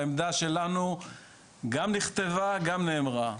העמדה שלנו גם נכתבה וגם נאמרה,